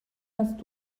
hast